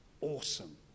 awesome